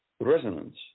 resonance